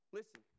Listen